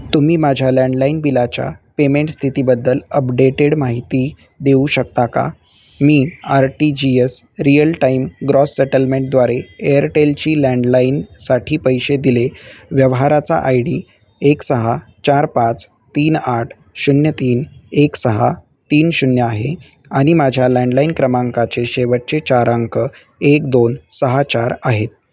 तुम्ही माझ्या लँडलाइन बिलाच्या पेमेंट स्थितीबद्दल अपडेटेड माहिती देऊ शकता का मी R T G S real time gross सेटलमेंटद्वारे एअरटेलची लँडलाईनसाठी पैसे दिले व्यवहाराचा आय डी एक सहा चार पाच तीन आठ शून्य तीन एक सहा तीन शून्य आहे आणि माझ्या लँडलाईन क्रमांकाचे शेवटचे चार अंक एक दोन सहा चार आहेत